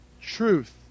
truth